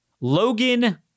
Logan